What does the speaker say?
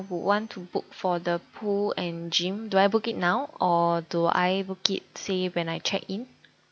would want to book for the pool and gym do I book it now or do I book it say when I check in